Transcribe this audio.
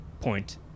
point